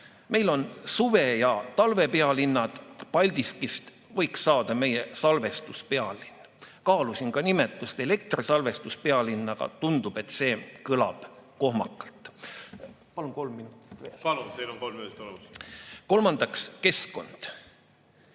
Meil on suve‑ ja talvepealinnad, Paldiskist võiks saada meie salvestuspealinn. Kaalusin ka nimetust elektrisalvestuspealinn, aga tundub, et see kõlab kohmakalt. Palun kolm minut veel. Palun! Teil on kolm minutit olemas.